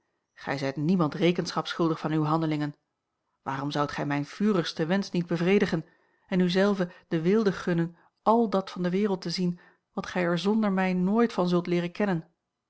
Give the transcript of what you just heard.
gij zijt niemand rekenschap schuldig van uwe handelingen waarom zoudt gij mijn vurigsten wensch niet bevredigen en u zelve de weelde gunnen àl dat van de wereld te zien wat gij er zonder mij nooit van zult leeren kennen